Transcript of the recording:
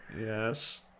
Yes